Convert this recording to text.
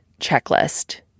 checklist